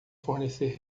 fornecer